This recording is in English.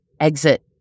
exit